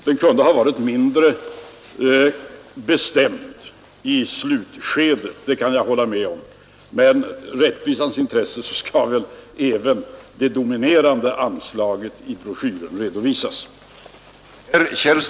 Den kunde ha varit mindre bestämd i de sista avsnitten — det kan jag hålla med om — men i rättvisans intresse skall väl även de dominerande delarna av broschyren redovisas.